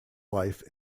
life